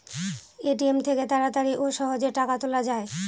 ATM থেকে তাড়াতাড়ি ও সহজেই টাকা তোলা যায়